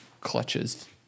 clutches